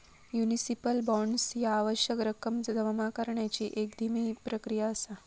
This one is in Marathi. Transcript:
म्युनिसिपल बॉण्ड्स ह्या आवश्यक रक्कम जमा करण्याची एक धीमी प्रक्रिया असा